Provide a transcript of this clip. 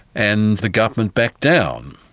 and the government backed down.